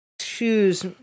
shoes